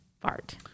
fart